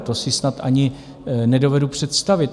To si snad ani nedovedu představit.